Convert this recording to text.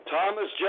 Thomas